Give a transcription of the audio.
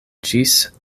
ĝis